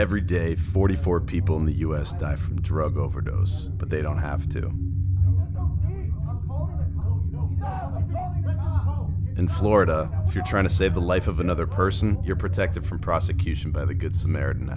every day forty four people in the u s die from drug overdose but they don't have to know in florida if you're trying to save the life of another person you're protected from prosecution by the good samaritan